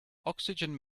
oxygen